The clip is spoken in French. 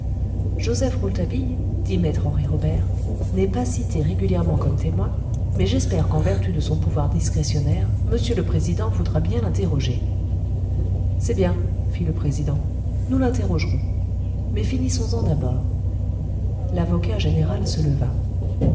joseph rouletabille dit me henri robert n'est pas cité régulièrement comme témoin mais j'espère qu'en vertu de son pouvoir discrétionnaire monsieur le président voudra bien l'interroger c'est bien fit le président nous l'interrogerons mais finissons-en d'abord l'avocat général se leva